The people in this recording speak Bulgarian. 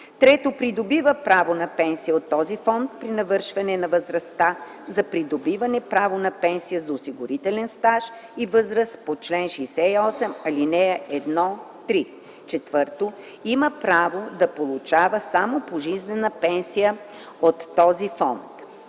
2; 3. придобива право на пенсия от този фонд при навършване на възрастта за придобиване право на пенсия за осигурителен стаж и възраст по чл. 68, ал. 1–3; 4. има право да получава само пожизнена пенсия от този фонд.